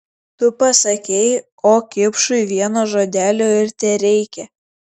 tu pasakei o kipšui vieno žodelio ir tereikia